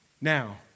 Now